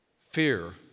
fear